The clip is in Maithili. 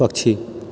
पक्षी